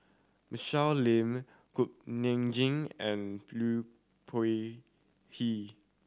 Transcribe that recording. Michelle Lim Cook Nam Jin and Liu